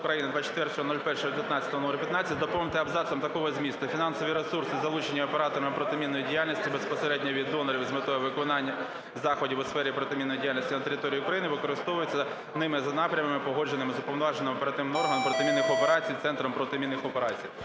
доповнити абзацом такого змісту: "Фінансові ресурси, залучені оператором протимінної діяльності безпосередньо від донорів з метою виконання заходів у сфері протимінної діяльності на території України, використовуються ними за напрямами, погодженими з уповноваженими оперативними органами протимінних операцій, центром протимінних операцій".